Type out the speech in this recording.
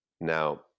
now